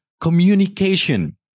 Communication